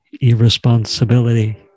irresponsibility